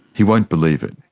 he won't believe it.